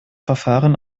verfahren